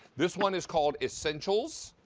this one is called essentials.